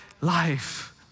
life